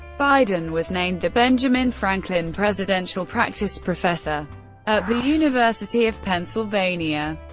biden was named the benjamin franklin presidential practice professor at the university of pennsylvania.